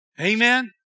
Amen